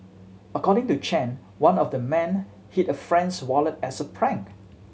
according to Chen one of the men hid a friend's wallet as a prank